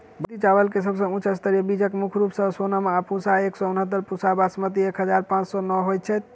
बासमती चावल केँ सबसँ उच्च स्तरीय बीज मुख्य रूप सँ सोनम आ पूसा एक सै उनहत्तर, पूसा बासमती एक हजार पांच सै नो होए छैथ?